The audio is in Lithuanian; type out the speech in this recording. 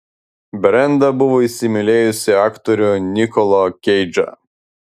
brenda buvo įsimylėjusi aktorių nikolą keidžą